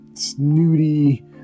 snooty